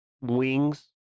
wings